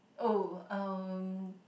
oh um